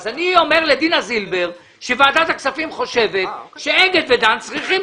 אני אומר לדינה זילבר שוועדת הכספים חושבת שאגד ודן צריכים